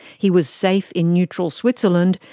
he was safe in neutral switzerland,